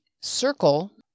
circle